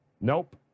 nope